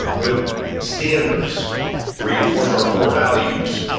but standards reinforce our core values,